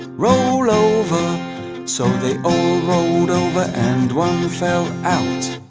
roll over so they all rolled over and one fell out